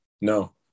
No